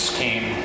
came